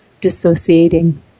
dissociating